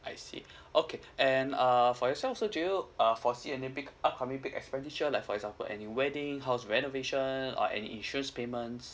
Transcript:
I see okay and err for yourself also do you uh foresee any big upcoming big expenditure like for example any wedding house renovation or any insurance payments